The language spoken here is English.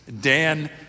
Dan